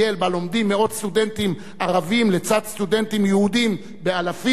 שבה לומדים מאות סטודנטים ערבים לצד סטודנטים יהודים באלפים,